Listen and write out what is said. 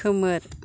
खोमोर